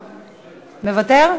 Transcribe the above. מוותר?